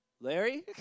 Larry